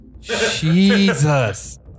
Jesus